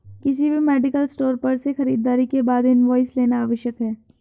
किसी भी medical store पर से खरीदारी के बाद इनवॉइस लेना आवश्यक है